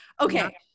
Okay